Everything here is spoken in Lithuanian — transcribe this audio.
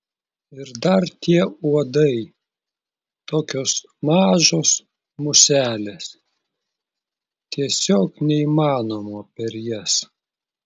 ir dar tie uodai tokios mažos muselės tiesiog neįmanoma per jas